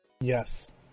Yes